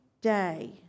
day